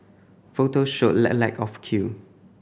photos showed a lack of queue